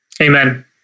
Amen